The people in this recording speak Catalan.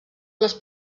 les